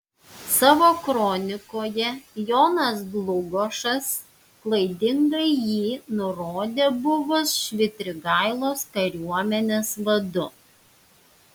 savo kronikoje jonas dlugošas klaidingai jį nurodė buvus švitrigailos kariuomenės vadu